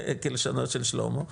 כלשונות של שלמה,